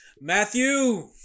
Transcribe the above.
Matthew